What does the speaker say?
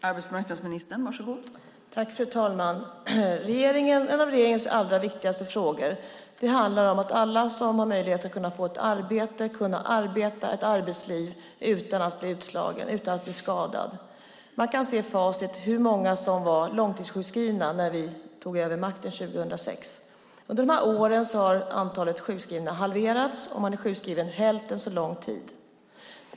Fru talman! En av regeringens allra viktigaste uppgifter är att se till alla som har möjlighet ska få arbeta och ha ett arbetsliv utan att bli utslagna eller skadade. Man kan se hur många som var långtidssjukskrivna när vi tog över makten 2006. Under de här åren har antalet sjukskrivna halverats och människor är sjukskrivna hälften så länge.